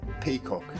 Peacock